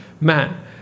man